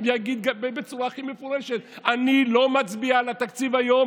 יגיד בצורה הכי מפורשת: אני לא מצביע על התקציב היום